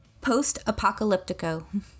Post-apocalyptico